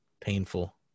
painful